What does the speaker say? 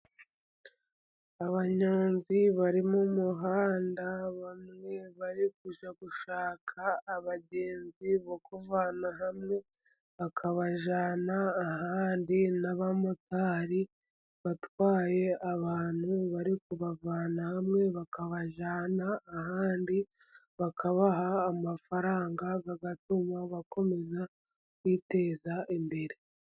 Abanyonzi bari mu muhanda, bamwe bari kujya gushaka abagenzi bo kuvana hamwe bakabajyana ahandi, n'abamotari batwaye abantu, bari kubavana hamwe bakabajyana ahandi, bakabaha amafaranga, bigatuma bakomeza kwiteza imbere.